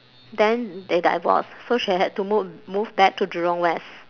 then they divorced so she had to move move back to jurong west